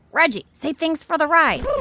reggie, say thanks for the ride